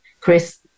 Chris